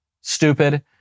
stupid